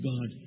God